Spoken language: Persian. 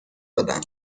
دادم